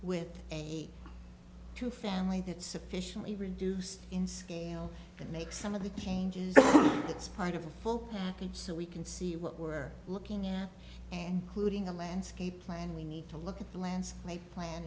with a two family that sufficiently reduced in scale and make some of the changes it's part of a full page so we can see what we're looking at and putting a landscape plan we need to look at plans like plan